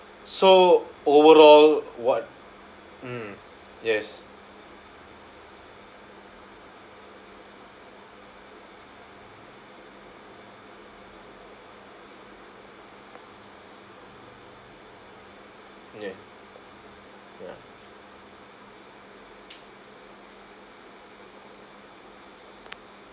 so overall what mm yes ya ya